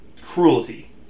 cruelty